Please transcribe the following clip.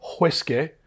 whiskey